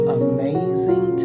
amazing